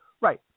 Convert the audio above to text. Right